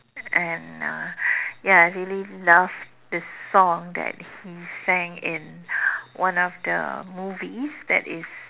and uh ya I really love the song that he sang in one of the movies that is